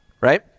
Right